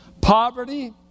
Poverty